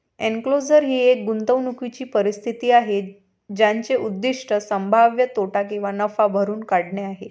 enclosure ही एक गुंतवणूकीची परिस्थिती आहे ज्याचे उद्दीष्ट संभाव्य तोटा किंवा नफा भरून काढणे आहे